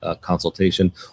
consultation